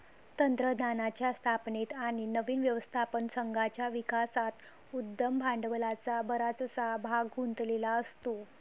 तंत्रज्ञानाच्या स्थापनेत आणि नवीन व्यवस्थापन संघाच्या विकासात उद्यम भांडवलाचा बराचसा भाग गुंतलेला असतो